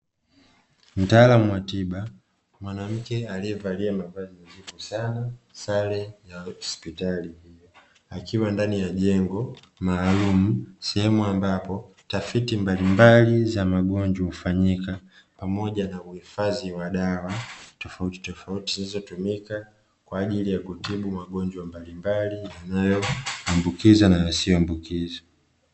Mtaalam wa tiba mwanamke aliyevalia mavazi nadhifu sana sare ya hospitali akiwa ndani ya jengo maalumu, sehemu ambapo tafiti mbalimbali za magonjwa hufanyika, pamoja na uhifadhi wa dawa tofautitofauti zinazotumika kwa ajili ya kutibu magonjwa mbalimbali yanayoambukizwa na yasiyoambukizwa.